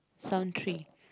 some three